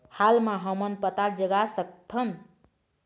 हाल मा हमन पताल जगा सकतहन?